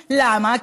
למה?